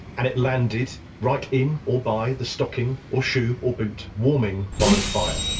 and it landed right in or by the stocking, or shoe, or boot, warming by the fire.